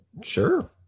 Sure